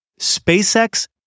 SpaceX